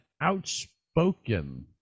outspoken